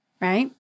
right